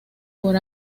por